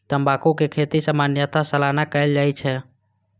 तंबाकू के खेती सामान्यतः सालाना कैल जाइ छै